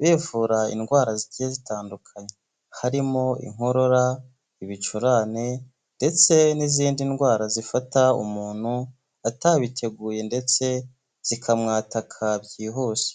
bivura indwara zigiye zitandukanye harimo inkorora, ibicurane ndetse n'izindi ndwara zifata umuntu atabiteguye ndetse zikamwataka byihuse.